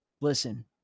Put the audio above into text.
Listen